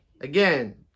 Again